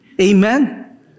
Amen